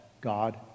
God